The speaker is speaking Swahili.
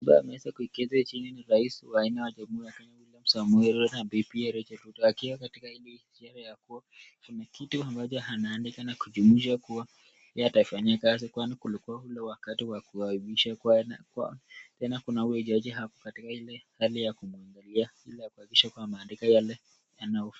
Ambaye ameweza kuketi chini ni rais wa jamhuri ya Kenya William Samoei Ruto na bibi Rachel Ruto akiwa katika ile sherehe ya kuwa kuna kitu ambacho anaandika na kujumuisha kuwa yeye atafanya kazi kwani kulikuwa ule wakati wa kuapishwa. Tena kuna huyo jaji ako katika ile hali ya kumwangali ili ya kuhakikisha kuwa anaandika yale yanayofaa.